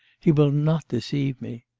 he will not deceive me.